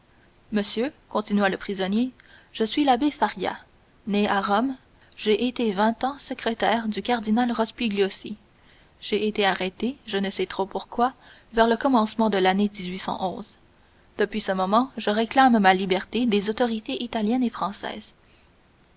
monsieur continua le prisonnier je suis l'abbé faria né à rome j'ai été vingt ans secrétaire du cardinal rospigliosi j'ai été arrêté je ne sais trop pourquoi vers le commencement de l'année depuis ce moment je réclame ma liberté des autorités italiennes et françaises